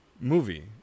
movie